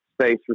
space